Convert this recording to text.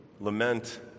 Lament